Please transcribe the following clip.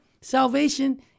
Salvation